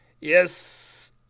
Yes